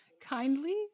Kindly